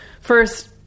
first